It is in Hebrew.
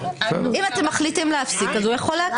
אם אתם מחליטים להפסיק, אז הוא יכול להקדים.